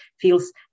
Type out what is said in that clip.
feels